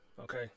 okay